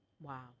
Wow